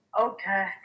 Okay